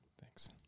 Thanks